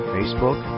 Facebook